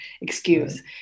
excuse